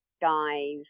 guys